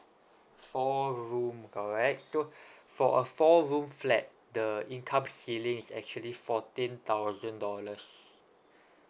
four room alright so for a four room flat the incomes ceiling is actually fourteen thousand dollars